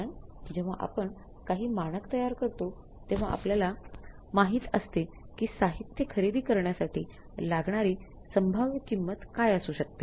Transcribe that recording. कारण जेव्हा आपण काही मानक तयार करतो तेव्हा आपल्यला माहित असते कि साहित्य खरेदी करण्यासाठी लागणारी संभाव्य किंमत काय असू शकते